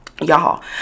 Y'all